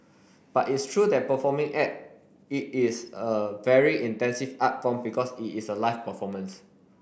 but it's true that performing act it is a very intensive art form because it is a live performance